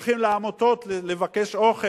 מפשפשים בפחי האשפה, הולכים לעמותות לבקש אוכל?